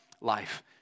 life